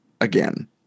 again